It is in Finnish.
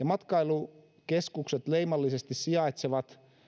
matkailukeskukset leimallisesti sijaitsevat